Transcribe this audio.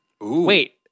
Wait